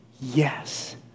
yes